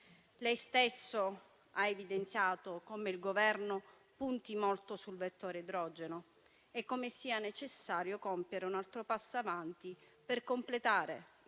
Lei stesso ha evidenziato come il Governo punti molto sul vettore idrogeno e come sia necessario compiere un altro passo avanti per completare il